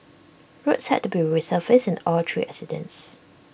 roads had to be resurfaced in all three incidents